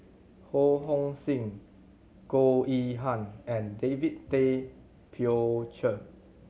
Ho Hong Sing Goh Yihan and David Tay Poey Cher